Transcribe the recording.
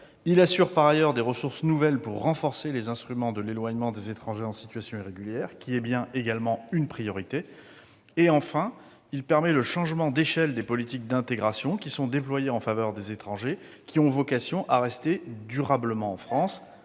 il assure des ressources nouvelles pour renforcer les instruments de l'éloignement des étrangers en situation irrégulière, qui est bien une priorité. Enfin, il permet le changement d'échelle des politiques d'intégration, qui sont déployées en faveur des étrangers qui ont vocation à rester durablement en France.